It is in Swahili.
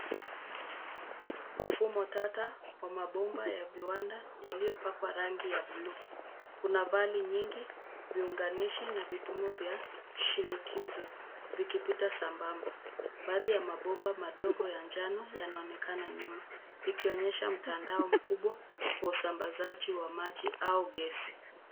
Mfumo tata wa mapomba ya viwanda yaliopakwa rangi ya bluu. Kuna vali nyingi viunganishi na vipimo vya shiningisho ikipita zambampa. Baadhi ya mapomba madogo ya njano yanaonekana nyuma, ikionyesha mtandao mkubwa wa usambasaji wa maji au kezi.